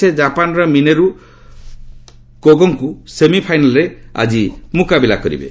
ସେ ଜାପାନ୍ର ମିନୋରୁ କୋଗାଙ୍କୁ ସେମିଫାଇନାଲ୍ରେ ମୁକାବିଲା କରିବେ